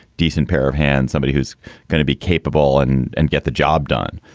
decent pair of hands, somebody who's going to be capable and and get the job done.